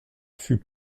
fut